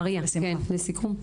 מריה, לסיכום.